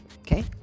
Okay